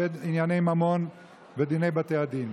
הרבה ענייני ממון ודיני בתי הדין.